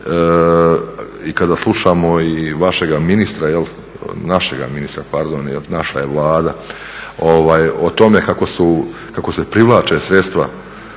i kada slušamo i vašega ministra, našega ministra pardon, jer naša je Vlada, o tome kako se privlače sredstva